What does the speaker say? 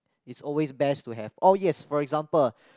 is always best to have oh yes for example